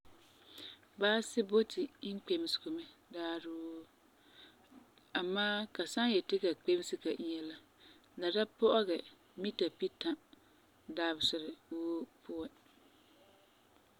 Baasi boti imkpesego mɛ daari woo. Amaa ka san yeti ka kpemese ka inya la, la da pɔ'ɔgɛ mita pita dabeserɛ woo puan.